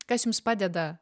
kas jums padeda